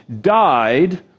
died